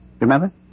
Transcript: Remember